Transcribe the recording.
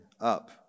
up